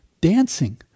dancing